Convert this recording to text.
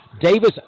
Davis